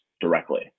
directly